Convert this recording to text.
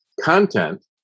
content